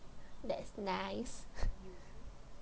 that's nice